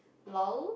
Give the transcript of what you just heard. lol